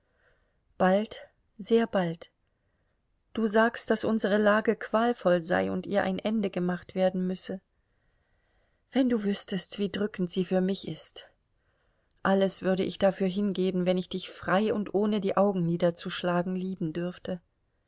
bald sehr bald du sagst daß unsere lage qualvoll sei und ihr ein ende gemacht werden müsse wenn du wüßtest wie drückend sie für mich ist alles würde ich dafür hingeben wenn ich dich frei und ohne die augen niederzuschlagen lieben dürfte